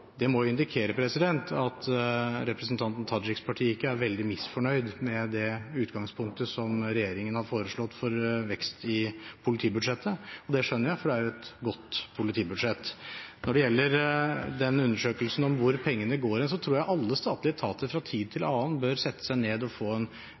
Det må jo indikere at representanten Tajiks parti ikke er veldig misfornøyd med det utgangspunktet som regjeringen har foreslått for vekst i politibudsjettet, og det skjønner jeg, for det er et godt politibudsjett. Når det gjelder undersøkelsen om hvor pengene går hen, tror jeg alle statlige etater fra tid til